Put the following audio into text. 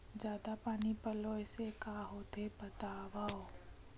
जादा पानी पलोय से का होथे बतावव?